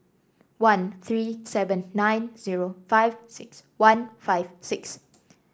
one three seven nine zero five six one five six